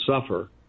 suffer